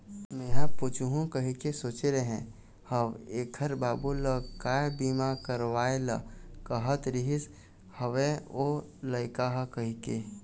मेंहा पूछहूँ कहिके सोचे रेहे हव ऐखर बाबू ल काय बीमा करवाय ल कहत रिहिस हवय ओ लइका ह कहिके